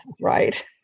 Right